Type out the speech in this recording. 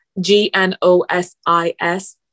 G-N-O-S-I-S